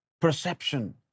perception